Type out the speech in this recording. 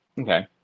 okay